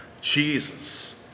Jesus